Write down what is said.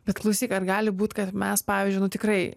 bet klausyk ar gali būt kad mes pavyzdžiui nu tikrai